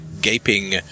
gaping